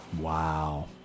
Wow